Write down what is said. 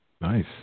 Nice